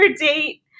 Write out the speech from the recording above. date